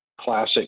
classic